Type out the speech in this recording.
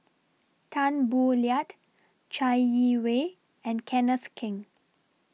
Tan Boo Liat Chai Yee Wei and Kenneth Keng